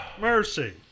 Mercy